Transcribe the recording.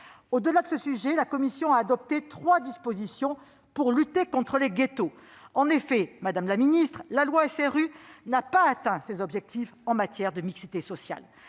Au-delà de ce sujet, la commission a adopté trois dispositions pour lutter contre les ghettos. En effet, la loi SRU n'a pas atteint ses objectifs en matière de mixité sociale.